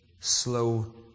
slow